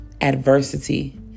Adversity